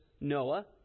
Noah